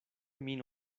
min